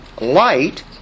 light